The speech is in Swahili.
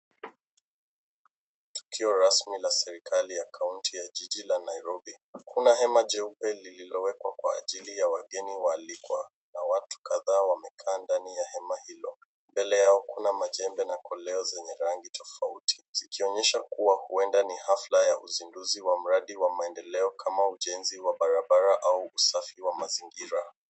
Tukio rasmi la serikali ya kaunti ya jiji la Nairobi. Kuna hema jeupe lililowekwa kwa ajili ya wageni waalikwa na watu kadhaa wamekaa ndani ya hema hilo. Mbele yao kuna majengo na koleo zenye rangi tofauti, zikionyesha kuwa huenda ni hafla ya uzinduzi wa mradi wa maendeleo, kama ujenzi wa barabara au usafi wa mazingira.